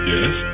Yes